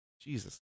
Jesus